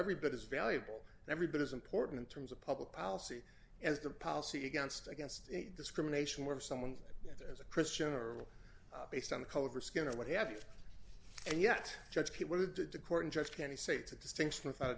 every bit as valuable every bit as important in terms of public policy as the policy against against discrimination where someone as a christian or are based on the color skin or what have you and yet judge what it did to court and judge can you say to a distinction without